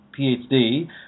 PhD